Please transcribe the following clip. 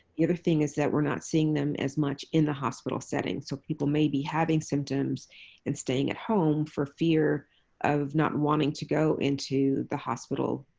the other thing is that we're not seeing them as much in the hospital setting. so people may be having symptoms and staying at home for fear of not wanting to go into the hospital.